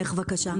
בבקשה.